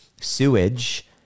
sewage